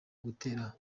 gutera